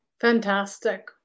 Fantastic